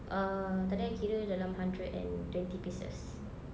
uh tadi I kira dalam hundread and twenty pieces